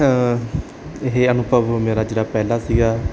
ਇਹ ਅਨੁਭਵ ਮੇਰਾ ਜਿਹੜਾ ਪਹਿਲਾਂ ਸੀਗਾ